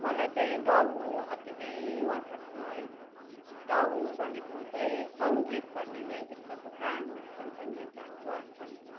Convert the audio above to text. मलाई चाहिँ गाउनु अति नै मन पर्छ है गाउनु भनेको चाहिँ सङ्गीत भन्ने नै विश्वको प्राण हो भन्छन् नि एउटा वर्ड छ नि